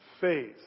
faith